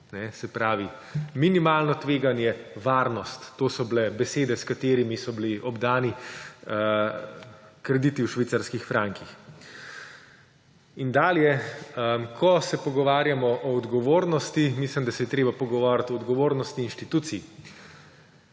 Se pravi, minimalno tveganje, varnost – to so bile besede, s katerimi so bili obdani krediti v švicarskih frankih. Dalje. Ko se pogovarjamo o odgovornosti, mislim, da se je treba pogovoriti o odgovornosti institucij.